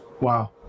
Wow